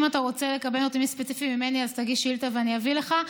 אם אתה רוצה לקבל נתונים ספציפיים ממני אז תגיש שאילתה ואני אביא לך.